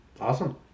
Awesome